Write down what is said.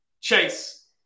Chase